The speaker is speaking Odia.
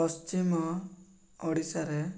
ପଶ୍ଚିମ ଓଡ଼ିଶାରେ